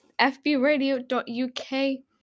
fbradio.uk